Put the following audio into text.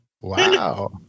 Wow